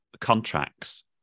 contracts